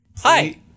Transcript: Hi